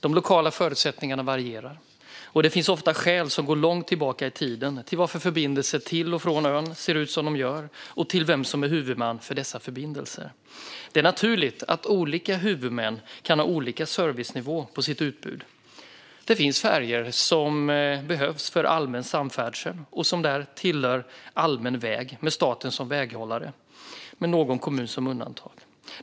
De lokala förutsättningarna varierar, och det finns ofta skäl som går långt tillbaka i tiden till att förbindelserna till och från ön ser ut som de gör och till vem som är huvudman för dessa förbindelser. Det är naturligt att olika huvudmän kan ha olika servicenivå på sitt utbud. Det finns färjor som behövs för allmän samfärdsel och som är tillbehör till allmän väg med staten som väghållare, med någon kommun som undantag.